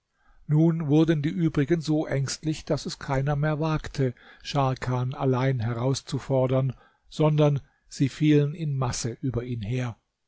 nun wurden die übrigen so ängstlich daß es keiner mehr wagte scharkan allein herauszufordern sondern sie fielen in masse über ihn her